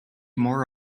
more